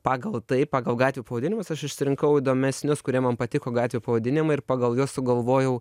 pagal tai pagal gatvių pavadinimus aš išsirinkau įdomesnius kurie man patiko gatvių pavadinimai ir pagal juos sugalvojau